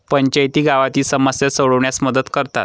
पंचायती गावातील समस्या सोडविण्यास मदत करतात